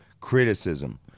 criticism